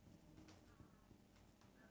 jacket ah one door is open